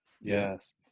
Yes